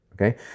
okay